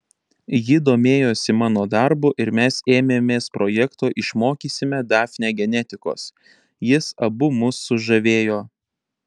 ji domėjosi mano darbu ir mes ėmėmės projekto išmokysime dafnę genetikos jis abu mus sužavėjo